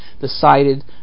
decided